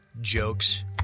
jokes